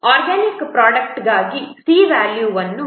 organic ಪ್ರೊಡಕ್ಟ್ಗಾಗಿ c ನ value 22